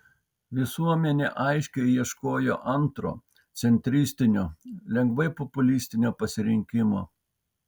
visuomenė aiškiai ieškojo antro centristinio lengvai populistinio pasirinkimo